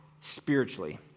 spiritually